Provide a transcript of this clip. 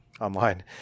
online